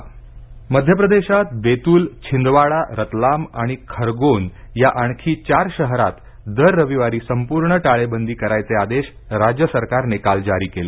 मध्य प्रदेश मध्यप्रदेशात बेतूल छिंदवाडा रतलाम आणि खरगोन या आणखी चार शहरात दर रविवारी संपूर्ण टाळेबंदी करायचे आदेश राज्य सरकारने काल जारी केले